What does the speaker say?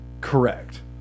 Correct